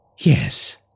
Yes